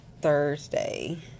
Thursday